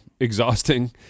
exhausting